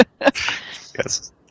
yes